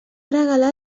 regalar